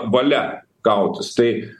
valia kautis tai